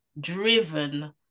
driven